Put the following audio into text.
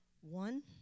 One